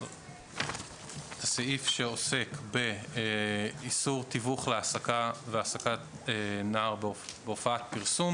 הסעיף שעוסק באיסור תיווך להעסקה והעסקת נער בהופעת פרסום.